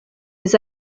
des